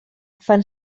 fan